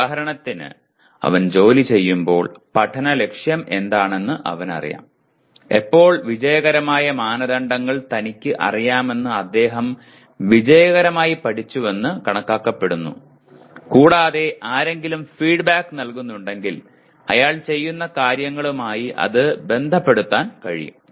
ഉദാഹരണത്തിന് അവൻ ജോലിചെയ്യുമ്പോൾ പഠന ലക്ഷ്യം എന്താണെന്ന് അവനറിയാം എപ്പോൾ വിജയകരമായ മാനദണ്ഡങ്ങൾ തനിക്ക് അറിയാമെന്ന് അദ്ദേഹം വിജയകരമായി പഠിച്ചുവെന്ന് കണക്കാക്കപ്പെടുന്നു കൂടാതെ ആരെങ്കിലും ഫീഡ്ബാക്ക് നൽകുന്നുണ്ടെങ്കിൽ അയാൾ ചെയ്യുന്ന കാര്യങ്ങളുമായി അത് ബന്ധപ്പെടുത്താൻ കഴിയും